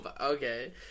okay